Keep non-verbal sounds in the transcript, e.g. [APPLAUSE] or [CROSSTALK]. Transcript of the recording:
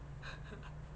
[LAUGHS]